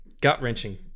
gut-wrenching